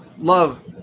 Love